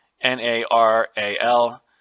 N-A-R-A-L